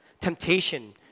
temptation